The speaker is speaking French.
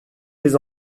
tes